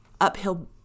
uphill